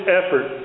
effort